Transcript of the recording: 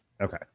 okay